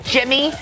Jimmy